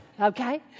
Okay